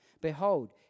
behold